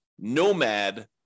nomad